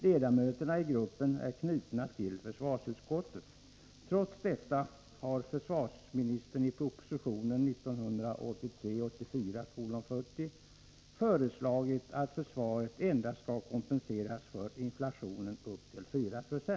Ledamöterna i gruppen är knutna till försvarsutskottet. Trots detta har försvarsministern i proposition 1983/84:40 föreslagit att försvaret endast skall kompenseras för inflationen upp till 4 96.